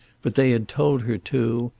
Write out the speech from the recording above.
but they had told her too,